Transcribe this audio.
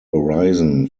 arisen